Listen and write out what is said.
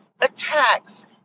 attacks